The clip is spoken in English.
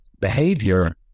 behavior